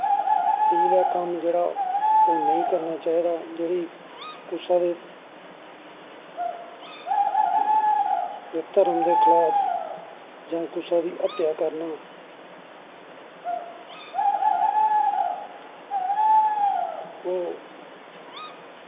एह् जेहा कम्म नेंई करनां चाही दा जेह्ड़ी कुसा दे कुसै दे धर्म दे खलाफ जां कुसै दी हत्या करनी ओह्